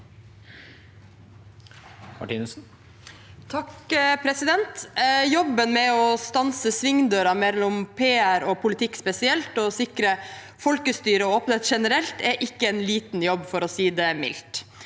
Martinussen (R) Å stanse svingdøren mellom PR og politikk spesielt og sikre folkestyret og åpenhet generelt er ikke en liten jobb, for å si det mildt.